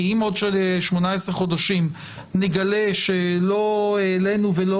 כי אם עוד 18 חודשים נגלה שלא העלינו ולא